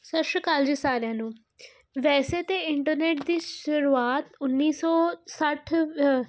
ਸਤਿ ਸ਼੍ਰੀ ਅਕਾਲ ਜੀ ਸਾਰਿਆਂ ਨੂੰ ਵੈਸੇ ਤਾਂ ਇੰਟਰਨੈਟ ਦੀ ਸ਼ੁਰੂਆਤ ਉੱਨੀ ਸੌ ਸੱਠ